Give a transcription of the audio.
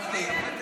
אוקיי.